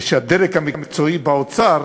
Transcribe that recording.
והדרג המקצועי באוצר